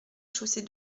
chaussée